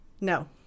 no